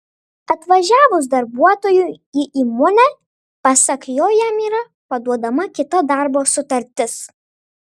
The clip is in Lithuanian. atvažiavus darbuotojui į įmonę pasak jo jam yra paduodama kita darbo sutartis